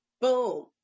Boom